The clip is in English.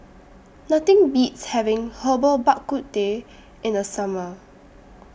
Nothing Beats having Herbal Bak Ku Teh in The Summer